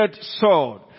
sword